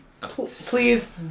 Please